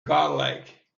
godlike